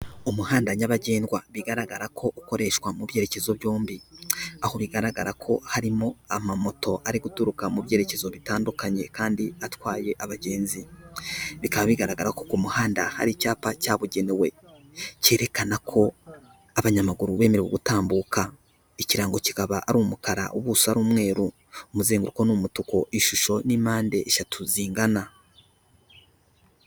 Umuhanda nyabagendwa bigaragara ko ukoreshwa mu byerekezo byombi, aho bigaragara ko harimo amamoto ari guturuka mu byerekezo bitandukanye kandi atwaye abagenzi, bikaba bigaragara ko ku muhanda hari icyapa cyabugenewe, cyerekana ko abanyamaguru bemerewe gutambuka. Ikirango kikaba ari umukara, ubuso ari umweru, umuzenguruko ni umutuku, ishusho ni mpande eshatu zingana.